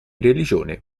religione